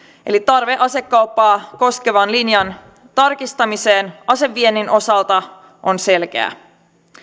eli tarve asekauppaa koskevan linjan tarkistamiseen aseviennin osalta on selkeä